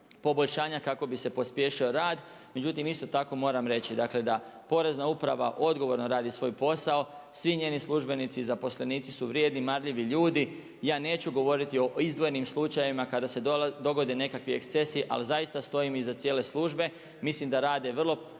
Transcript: kako bi se pospješio rad. Međutim, isto tako moram reći, dakle da Porezna uprava odgovorno radi svoj posao. Svi njezini službenici i zaposlenici su vrijedni i marljivi ljudi. Ja neću govoriti o izdvojenim slučajevima kada se dogode nekakvi ekscesi, ali zaista stojim iza cijele službe. Mislim da rade vrlo